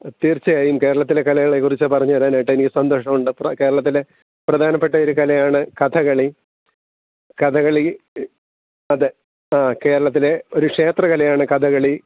തീർച്ചയായും കേരളത്തിലെ കലകളേക്കുറിച്ച് പറഞ്ഞു തരാനായിട്ടെനിക്ക് സന്തോഷമുണ്ട് അപ്പം കേരളത്തിലെ പ്രധാനപ്പെട്ട ഒരു കലയാണ് കഥകളി കഥകളി അതെ ആ കേരളത്തിലെ ഒരു ക്ഷേത്ര കലയാണ് കഥകളി